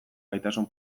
gaitasun